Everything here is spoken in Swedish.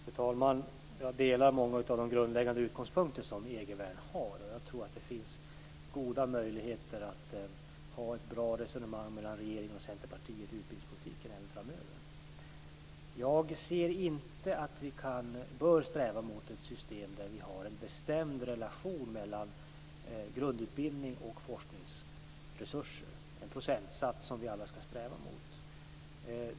Fru talman! Jag delar många av de grundläggande utgångspunkter som Egervärn har. Jag tror att det finns goda möjligheter att ha ett bra resonemang mellan regeringen och Centerpartiet i utbildningspolitiken även framöver. Jag ser inte att vi bör sträva mot ett system där vi har en bestämd relation mellan grundutbildning och forskningsresurser, en procentsats som vi alla skall sträva mot.